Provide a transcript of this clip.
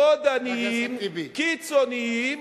רודניים, קיצוניים,